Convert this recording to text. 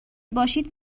باشید